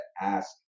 ask